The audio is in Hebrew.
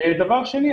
דבר שני,